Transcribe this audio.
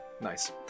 Nice